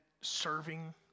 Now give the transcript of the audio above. serving